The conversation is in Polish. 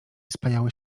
spajały